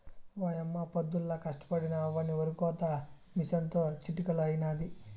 ఓయమ్మ పొద్దుల్లా కష్టపడినా అవ్వని ఒరికోత మిసనుతో చిటికలో అయినాది